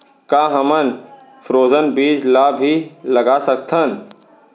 का हमन फ्रोजेन बीज ला भी लगा सकथन?